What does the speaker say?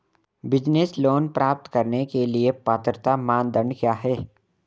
Business loan प्राप्त करने के लिए पात्रता मानदंड क्या हैं?